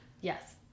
Yes